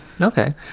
Okay